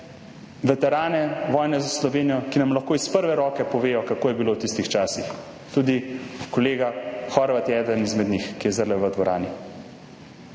veterane vojne za Slovenijo, ki nam lahko iz prve roke povedo, kako je bilo v tistih časih. Tudi kolega Horvat je eden izmed njih, ki je zdajle v dvorani.